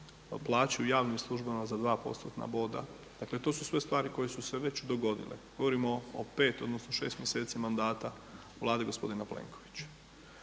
plaću javnim službama za 2%-tna boda, dakle to su stvari koje su se već dogodile. Govorimo o pet odnosno šest mjeseci mandata Vlade gospodina Plenkovića.